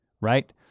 right